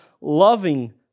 loving